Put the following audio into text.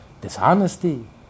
dishonesty